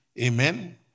Amen